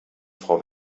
frau